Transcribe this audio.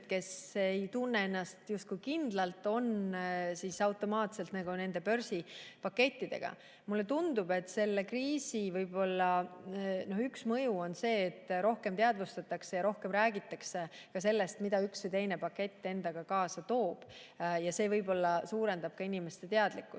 kes ei tunne ennast justkui kindlalt, on automaatselt saanud börsipaketi. Mulle tundub, et selle kriisi võib-olla üks mõju on see, et rohkem teadvustatakse seda ja rohkem räägitakse sellest, mida üks või teine pakett endaga kaasa toob. See võib-olla suurendab inimeste teadlikkust